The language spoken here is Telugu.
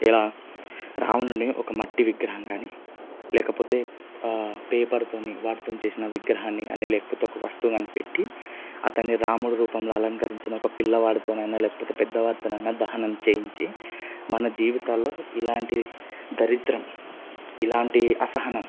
ఎలా రావణున్ని ఒక మట్టి విగ్రహంగా కానీ లేకపోతే పేపర్తో వాటితో చేసిన విగ్రహాన్ని అని లేకపోతే ఒక వస్తువు కానీ పెట్టి అతన్ని రాముడు రూపంలో అలంకరించిన ఒక పిల్లవాడితోనైనా లేకపోతే పెద్దవారితోనైనా దహనం చేయించి మన జీవితాల్లో ఇలాంటి దరిద్రం ఇలాంటి అసహనం